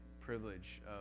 privilege